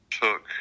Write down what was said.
took